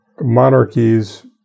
monarchies